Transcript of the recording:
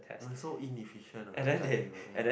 they are so inefficient right like you ya